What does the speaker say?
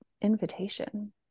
invitation